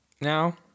now